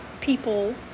people